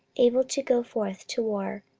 able to go forth to war,